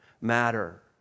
matter